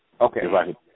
Okay